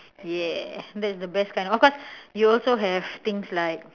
yeah that's the best kind of course you also have things like